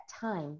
time